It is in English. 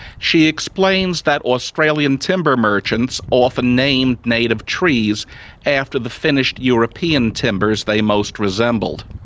she explains that australian timber merchants often named native trees after the finished european timbers they most resembled.